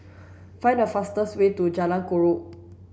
find the fastest way to Jalan Chorak